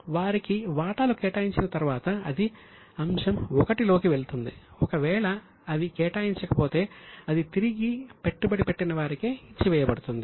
వారికి వాటాలు కేటాయించిన తర్వాత అది అంశం 1 లోకి వెళుతుంది ఒకవేళ అవి కేటాయించబడకపోతే అది తిరిగి పెట్టుబడి పెట్టిన వారికే ఇచ్చివేయబడుతుంది